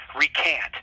recant